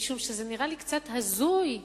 משום שזה נראה לי קצת הזוי כאילו,